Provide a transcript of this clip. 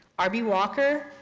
r b. walker,